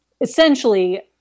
essentially